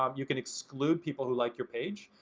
um you can exclude people who like your page.